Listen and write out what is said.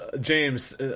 James